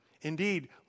indeed